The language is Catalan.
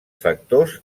factors